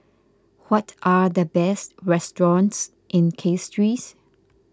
what are the best restaurants in Castries